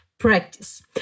practice